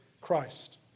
Christ